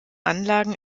anlagen